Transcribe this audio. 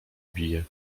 bije